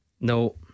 No